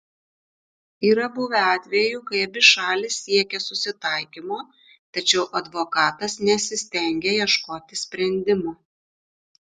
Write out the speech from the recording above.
yra buvę atvejų kai abi šalys siekė susitaikymo tačiau advokatas nesistengė ieškoti sprendimo